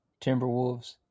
Timberwolves